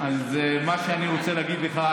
אז מה שאני רוצה להגיד לך,